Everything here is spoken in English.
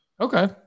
Okay